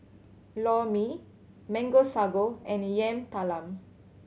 Lor Mee Mango Sago and Yam Talam